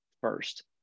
first